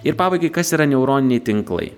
ir pabaigai kas yra neuroniniai tinklai